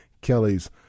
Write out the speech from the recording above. Kelly's